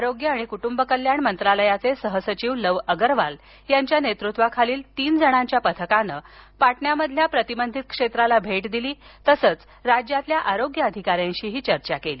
आरोग्य आणि कुटुंब कल्याण मंत्रालयाचे सहसचिव लव आगरवाल यांच्या नेतृत्वाखालील तीन जणांच्या पथकानं पाटण्यामधल्या प्रतिबंधित क्षेत्राला भेट दिली तसंच राज्यातल्या आरोग्य अधिकाऱ्यांशी चर्चा केली